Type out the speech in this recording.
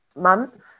months